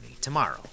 tomorrow